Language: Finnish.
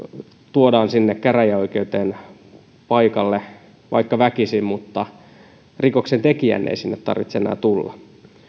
tuodaan sinne käräjäoikeuteen paikalle vaikka väkisin mutta rikoksentekijän ei sinne tarvitse enää tulla